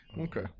Okay